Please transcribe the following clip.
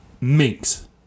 Minks